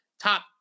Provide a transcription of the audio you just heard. top